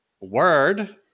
word